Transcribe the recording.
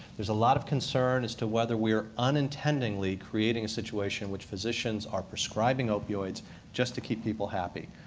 there's a lot of concern as to whether we're unintendingly creating a situation which physicians are prescribing opioids just to keep people happy.